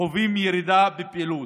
חווים ירידה בפעילות,